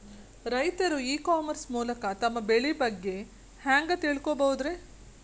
ರೈತರು e commerce ಮೂಲಕ ತಮ್ಮ ಬೆಳಿ ಬಗ್ಗೆ ಹ್ಯಾಂಗ ತಿಳ್ಕೊಬಹುದ್ರೇ?